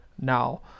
now